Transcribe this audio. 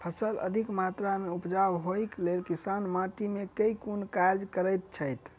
फसल अधिक मात्रा मे उपजाउ होइक लेल किसान माटि मे केँ कुन कार्य करैत छैथ?